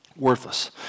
worthless